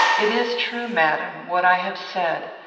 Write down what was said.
it is true, madam, what i have said.